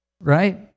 right